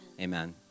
amen